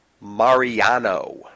Mariano